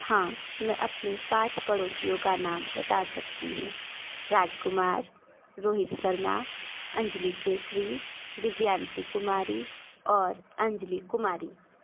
हाँ मैं अपने पाँच पड़ोसियों का नाम बता सकती हूँ राजकुमार रोहित शर्मा अंजली केसरी दिव्यांशी कुमारी और अंजली कुमारी